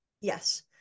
Yes